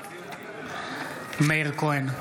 בעד מאיר כהן,